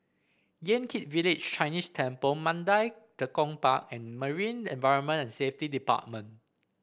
Yan Kit Village Chinese Temple Mandai Tekong Park and Marine Environment and Safety Department